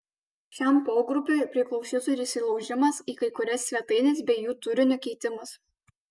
šiam pogrupiui priklausytų ir įsilaužimas į kai kurias svetaines bei jų turinio keitimas